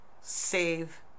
save